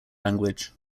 language